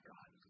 God